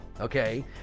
Okay